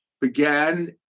began